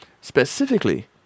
Specifically